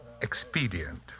expedient